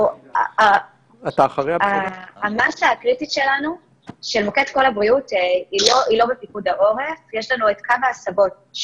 אנחנו קבענו את הקו של 200. האם את יכולה להגיד לנו כמה סך חולים